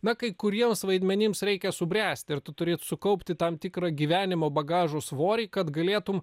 na kai kuriems vaidmenims reikia subręsti ir tu turi sukaupti tam tikrą gyvenimo bagažo svorį kad galėtum